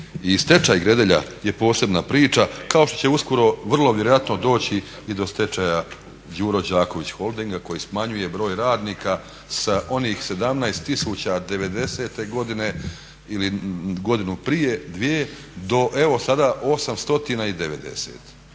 i stečaj Gredelja je posebna priča, kao što će uskoro vrlo vjerojatno doći i do stečaja Đuro Đaković holdinga koji smanjuje broj radnika sa onih 17 tisuća iz '90-e godine ili godinu prije, dvije, do evo sada 890